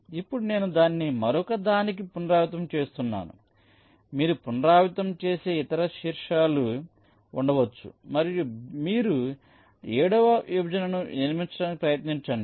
ఇప్పుడు నేను దానిని మరొకదానికి పునరావృతం చేస్తున్నాను మీరు పునరావృతం చేసే ఇతర శీర్షాలు ఉండవచ్చు మరియు మీరు 7 వ విభజనను నిర్మించడానికి ప్రయత్నించండి